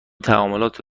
تعاملات